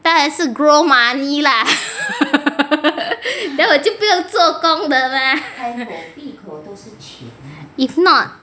当然是 grow money lah then 我就不用做工了 lah if not